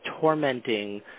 tormenting